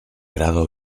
grado